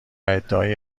ادعای